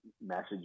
message